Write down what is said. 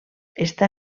està